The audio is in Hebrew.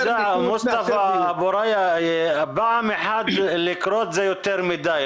מוסטפא, פעם אחת לקרות זה יותר מדי.